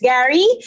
Gary